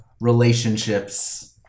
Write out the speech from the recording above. relationships